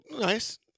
nice